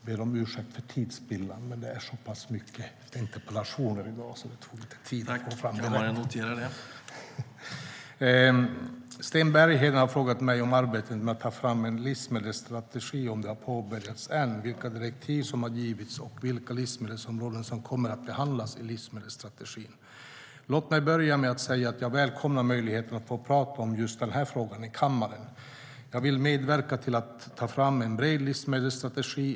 Herr talman! Sten Bergheden har frågat mig om arbetet med att ta fram en livsmedelsstrategi har påbörjats än, vilka direktiv som har givits och vilka livsmedelsområden som kommer att behandlas i livsmedelsstrategin. Låt mig börja med att säga att jag välkomnar möjligheten att få prata om just den här frågan i kammaren. Jag vill medverka till att ta fram en bred livsmedelsstrategi.